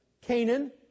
Canaan